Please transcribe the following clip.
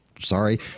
Sorry